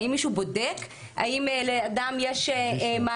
האם מישהו בודק האם לאדם יש מענה